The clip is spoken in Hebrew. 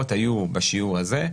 שסכומי העסקאות היו בשיעור הזה.